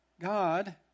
God